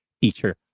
teacher